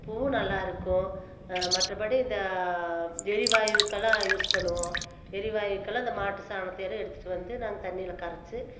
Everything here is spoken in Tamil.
பூவும் நல்லாயிருக்கும் மற்றபடி இந்த எரிவாயுக்கெல்லாம் யூஸ் பண்ணுவோம் எரிவாயுக்கெல்லாம் இந்த மாட்டு சாணத்தை எல்லாம் எடுத்துட்டு வந்து நாங்கள் தண்ணியில் கரைச்சி